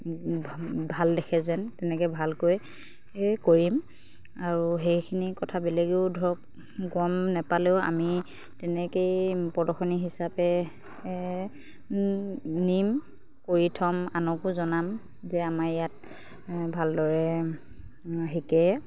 ভাল দেখে যেন তেনেকৈ ভালকৈ কৰিম আৰু সেইখিনি কথা বেলেগেও ধৰক গম নোপালেও আমি তেনেকৈয়ে প্ৰদৰ্শনী হিচাপে নিম কৰি থ'ম আনকো জনাম যে আমাৰ ইয়াত ভালদৰে শিকে